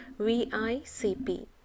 VICP